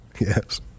Yes